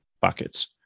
buckets